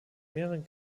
mehreren